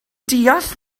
deall